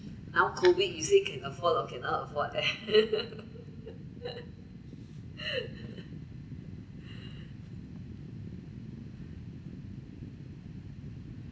now COVID you say can afford or cannot afford leh